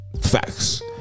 Facts